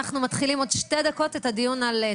הישיבה נעולה.